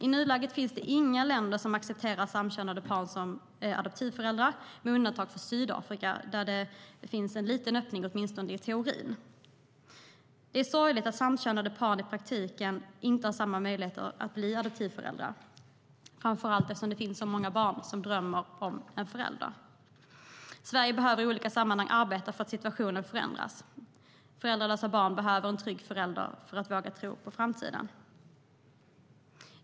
I nuläget finns inga länder som accepterar samkönade par som adoptivföräldrar, med undantag för Sydafrika där det finns en liten öppning, åtminstone i teorin. Det är sorgligt att samkönade par i praktiken inte har samma möjlighet som andra att bli adoptivföräldrar, särskilt som det finns så många barn som drömmer om en förälder. Sverige behöver i olika sammanhang arbeta för att situationen ändras. Föräldralösa barn behöver en trygg förälder för att våga tro på framtiden.